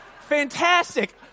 fantastic